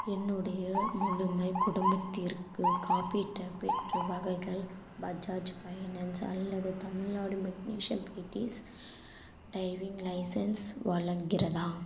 என்னுடைய முழுமை குடும்பத்திற்கு காப்பீட்டை பெற்று வகையில் பஜாஜ் ஃபைனான்ஸ் அல்லது தமிழ்நாடு மெக்னீசியம் பைடிஸ் டிரைவிங் லைசன்ஸ் வழங்கிறதா